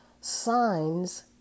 Signs